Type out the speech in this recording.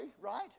right